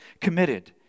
committed